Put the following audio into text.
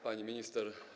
Pani Minister!